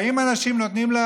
באים אנשים, נותנים לה